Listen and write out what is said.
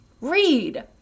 read